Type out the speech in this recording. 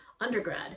undergrad